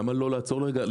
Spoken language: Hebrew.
למה לא לעצור לרגע?